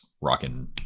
rocking